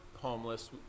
homeless